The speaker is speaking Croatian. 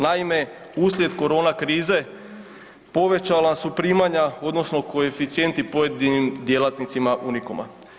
Naime, uslijed korona krize povećala su primanja odnosno koeficijenti pojedinim djelatnicima „Unikoma“